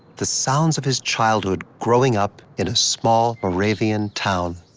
the sounds of his childhood growing up in a small moravian town.